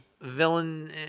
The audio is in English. Villain